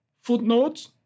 footnotes